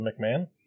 McMahon